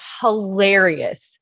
hilarious